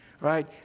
right